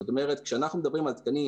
כשאנחנו מדברים על תקנים